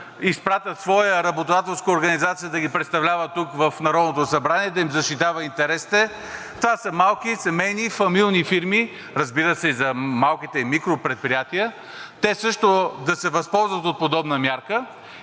изпратят своя работодателска организация да ги представлява тук в Народното събрание, да им защитава интересите – това са малки, семейни и фамилни фирми, разбира се, и за малките- и микропредприятията, те също да се възползват от подобна мярка.